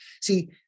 See